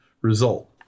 result